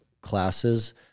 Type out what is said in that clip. classes